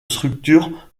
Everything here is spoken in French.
structure